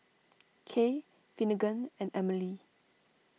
Kay Finnegan and Emile